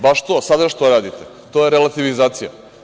Baš to, sada što radite, to je relativizacija.